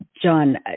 John